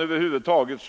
Över huvud taget